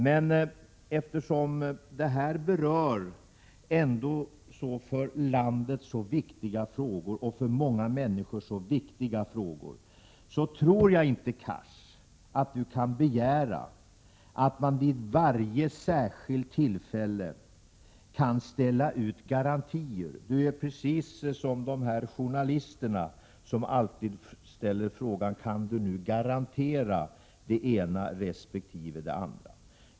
Men eftersom den här interpellationen berör för landet och för många människor så viktiga frågor, tror jag inte att Hadar Cars kan begära att man vid varje särskilt tillfälle kan ställa ut garantier. Hadar Cars är precis som de journalister som alltid frågar om man kan garantera det ena resp. det andra.